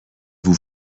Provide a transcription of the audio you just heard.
vous